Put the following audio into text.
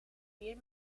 weer